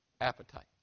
appetite